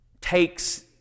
takes